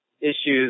issues